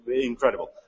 incredible